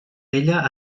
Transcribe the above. vella